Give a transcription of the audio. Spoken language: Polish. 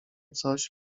coś